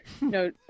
No